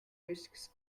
risks